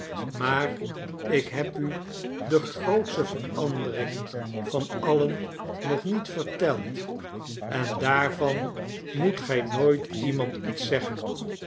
maar ik heb u de grootste verandering van alien nog niet verteld en daarvan moet gij nooit iemand iets zeggen